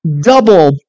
double